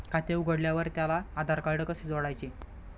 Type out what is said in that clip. खाते उघडल्यावर त्याला आधारकार्ड कसे जोडायचे?